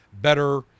better